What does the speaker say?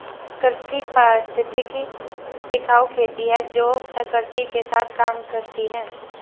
कृषि पारिस्थितिकी टिकाऊ खेती है जो प्रकृति के साथ काम करती है